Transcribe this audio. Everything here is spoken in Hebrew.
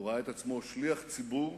הוא ראה את עצמו שליח ציבור,